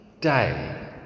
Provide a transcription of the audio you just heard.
day